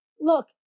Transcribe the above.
look